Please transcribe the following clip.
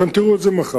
אתם תראו את זה מחר,